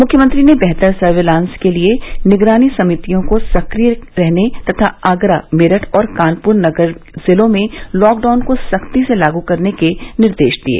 मुख्यमंत्री ने बेहतर सर्विलांस के लिए निगरानी समितियों को सक्रिय करने तथा आगरा मेरठ और कानपुर नगर जिलों में लॉकडाउन को सख्ती से लागू करने के निर्देश दिये